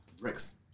Rex